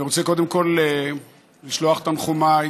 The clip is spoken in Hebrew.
אני רוצה קודם כול לשלוח את תנחומיי